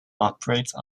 operate